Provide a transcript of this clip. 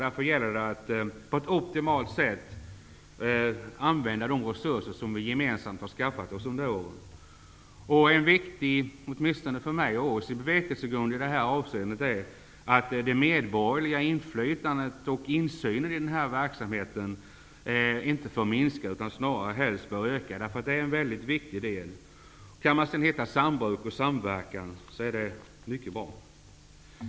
Det gäller därför att på ett optimalt sätt använda de resurser som vi gemensamt har skaffat. En för mig viktig bevekelsegrund i detta avseende är att det medborgerliga inflytandet och insynen i verksamheten inte får minska utan snarare helst bör öka. Det är en väldigt viktig del. Om man sedan kan hitta former för sambruk och samverkan är det mycket bra.